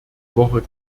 woche